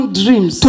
dreams